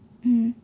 hmm